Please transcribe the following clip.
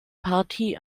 partie